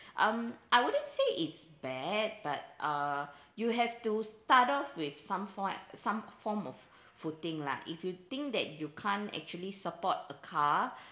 um I wouldn't say it's bad but uh you have to start off with some for~ some form of footing lah if you think that you can't actually support a car